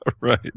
Right